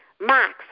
Max